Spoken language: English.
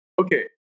Okay